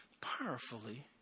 powerfully